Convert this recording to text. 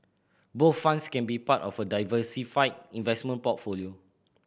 bond funds can be part of a diversified investment portfolio